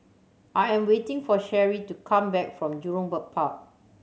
I am waiting for Sherry to come back from Jurong Bird Park